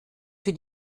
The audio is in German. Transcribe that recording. für